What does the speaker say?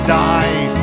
die